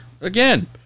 again